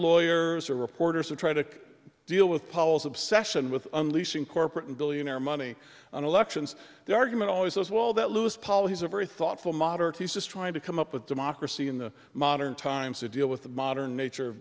lawyers are reporters to try to deal with paul's obsession with unleashing corporate and billionaire money on elections the argument always as well that lewis paul he's a very thoughtful moderate he says trying to come up with democracy in the modern times to deal with the modern nature